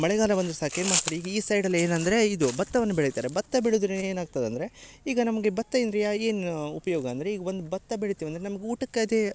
ಮಳೆಗಾಲ ಬಂದರೆ ಸಾಕು ಏನು ಮಾಡ್ತಾರೆ ಈಗ ಈ ಸೈಡಲ್ಲಿ ಏನಂದರೆ ಇದು ಬತ್ತವನ್ನ ಬೆಳಿತಾರೆ ಬತ್ತ ಬೆಳೆದುರೆ ಏನಾಗ್ತದೆ ಅಂದರೆ ಈಗ ನಮಗೆ ಬತ್ತ ಇಂದ್ರಿಯಾ ಏನು ಉಪಯೋಗ ಅಂದರೆ ಈಗ ಒಂದು ಬತ್ತ ಬೆಳಿತೀವಿ ಅಂದರೆ ನಮಗೆ ಊಟಕ್ಕೆ ಅದೇ